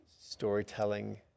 storytelling